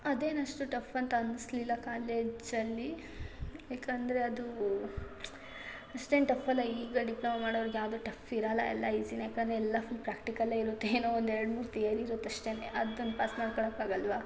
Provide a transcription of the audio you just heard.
ಅದೇನಷ್ಟು tough ಅಂತ ಅನಿಸ್ಲಿಲ್ಲ ಕಾಲೇಜಲ್ಲಿ ಏಕಂದರೆ ಅದು ಅಷ್ಟೇನೂ ಟಫ್ ಅಲ್ಲ ಈಗ ಡಿಪ್ಲೊಮೊ ಮಾಡೋರ್ಗೆ ಯಾವುದೂ ಟಫ್ ಇರಲ್ಲ ಎಲ್ಲ ಈಝಿಯೇ ಯಾಕಂದರೆ ಎಲ್ಲ ಫುಲ್ ಪ್ರ್ಯಾಕ್ಟಿಕಲ್ಲೇ ಇರುತ್ತೆ ಏನೋ ಒಂದೆರಡು ಮೂರು ತಿಯರಿ ಇರುತ್ತೆ ಅಷ್ಟೇ ಅದನ್ನು ಪಾಸ್ ಮಾಡ್ಕಳಕ್ಕೆ ಆಗಲ್ಲವಾ